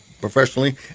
professionally